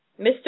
Mr